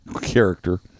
character